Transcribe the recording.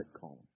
column